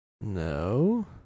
No